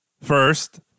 first